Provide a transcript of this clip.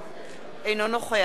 אינו נוכח אופיר אקוניס,